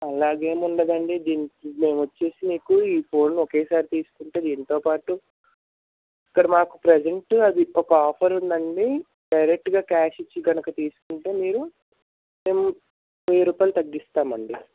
అలాగ ఏమి ఉండదు అండి మేము వచ్చి మీరు ఈ ఫోను ఒకేసారి తీసుకుంటే దీనితో పాటు ఇక్కడ మాకు ప్రెజెంటు అది ఒక ఆఫర్ ఉంది అండి డైరెక్టుగా క్యాష్ ఇచ్చి కనుక తీసుకుంటే మీరు మేము వెయ్యి రూపాయలు తగ్గిస్తామండి